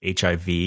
HIV